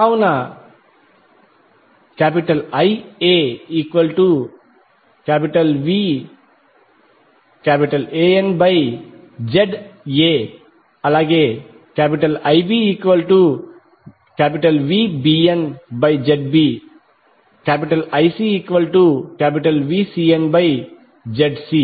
కావున IaVANZA IbVBNZB IcVCNZC